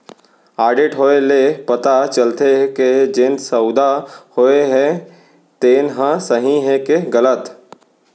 audit होए ले पता चलथे के जेन सउदा होए हे तेन ह सही हे के गलत